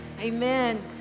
Amen